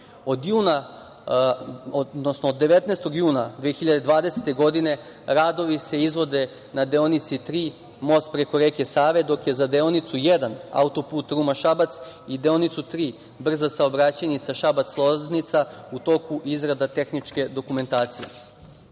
19. juna 2020. godine radovi se izvode na deonici dva – most preko reke Save, dok je za deonicu jedan, autoput Ruma-Šabac, i deonicu tri – brza saobraćajnica Šabac-Loznica u toku izrada tehničke dokumentacije. Iskoristiću